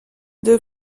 deux